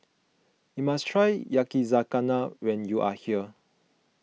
you must try Yakizakana when you are here